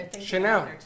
Chanel